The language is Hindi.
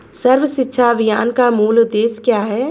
सर्व शिक्षा अभियान का मूल उद्देश्य क्या है?